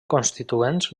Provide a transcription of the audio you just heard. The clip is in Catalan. constituents